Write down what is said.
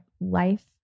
life